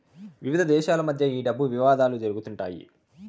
ప్రపంచ దేశాల మధ్య ఈ డబ్బు వివాదాలు జరుగుతుంటాయి